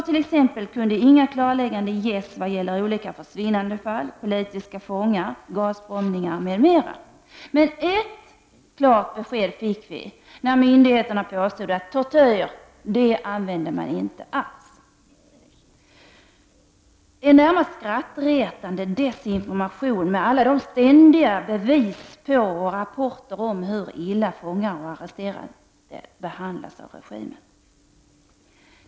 T.ex. kunde inga klarlägganden ges vad gäller olika fall av försvinnanden, politiska fångar, gasbombningar m.m. Ett klart besked fick vi. Myndigheterna påstod nämligen att tortyr inte användes alls. Detta är närmast ett fall av skrattretande desinformation med tanke på alla de bevis för och rapporter om hur illa fångar och arresterade behandlas av regimen.